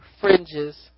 fringes